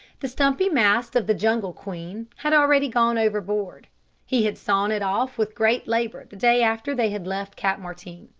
the stumpy mast of the jungle queen had already gone overboard he had sawn it off with great labour the day after they had left cap martin.